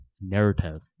narrative